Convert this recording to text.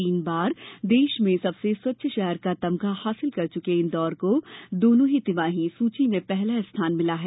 तीन बार देश में सबसे स्वच्छ शहर का तमगा हासिल कर चुके इंदौर को दोनों ही तिमाही सूची में पहला स्थान मिला है